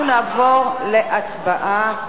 אנחנו נעבור להצבעה.